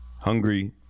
Hungry